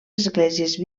esglésies